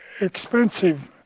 expensive